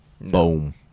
Boom